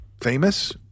famous